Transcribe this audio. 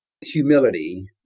humility